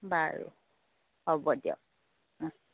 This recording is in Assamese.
বাৰু হ'ব দিয়ক অঁ